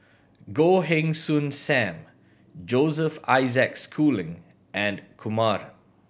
Goh Heng Soon Sam Joseph Isaac Schooling and Kumar